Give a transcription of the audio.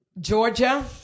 Georgia